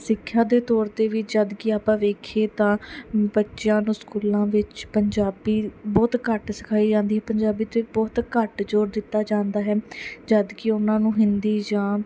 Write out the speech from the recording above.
ਸਿੱਖਿਆ ਦੇ ਤੌਰ 'ਤੇ ਵੀ ਜਦ ਕੀ ਆਪਾਂ ਵੇਖੀਏ ਤਾਂ ਬੱਚਿਆਂ ਨੂੰ ਸਕੂਲਾਂ ਵਿੱਚ ਪੰਜਾਬੀ ਬਹੁਤ ਘੱਟ ਸਿਖਾਈ ਜਾਂਦੀ ਐ ਪੰਜਾਬੀ 'ਤੇ ਬਹੁਤ ਘੱਟ ਜ਼ੋਰ ਦਿੱਤਾ ਜਾਂਦਾ ਹੈ ਜਦ ਕਿ ਉਹਨਾਂ ਨੂੰ ਹਿੰਦੀ ਜਾਂ